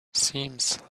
seems